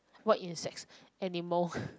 what insects animal